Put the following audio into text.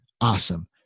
Awesome